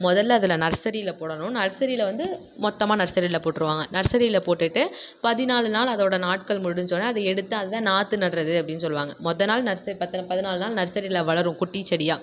முதல்ல அதில் நர்ஸரியில் போடணும் நர்ஸரியில் வந்து மொத்தமாக நர்ஸரியில் போட்டுருவாங்க நர்ஸரியில் போட்டுவிட்டு பதினாலு நாள் அதோடய நாட்கள் முடிஞ்சவொடனே அதை எடுத்து அது தான் நாற்று நடுறது அப்படின்னு சொல்வாங்க மொதல் நாள் நர்ஸரி பத்தரை பதினாலு நாள் நர்ஸரியில் வளரும் குட்டிச் செடியாக